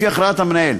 לפי הכרעת המנהל.